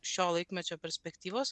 šio laikmečio perspektyvos